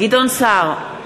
גדעון סער,